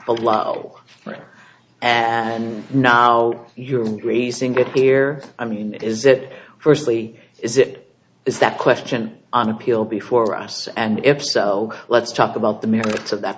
all right and now you're greasing it here i mean is that firstly is it is that question on appeal before us and if so let's talk about the merits of that